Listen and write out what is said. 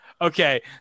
Okay